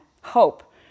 hope